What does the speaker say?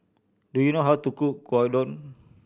do you know how to cook Gyudon